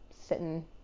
sitting